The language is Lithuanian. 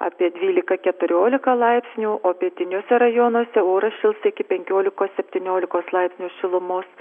apie dvylika keturiolika laipsnių o pietiniuose rajonuose oras šils iki penkiolikos septyniolikos laipsnių šilumos